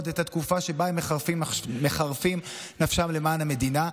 את התקופה שבה הם מחרפים נפשם למען המדינה.